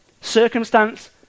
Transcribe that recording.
Circumstance